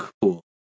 Cool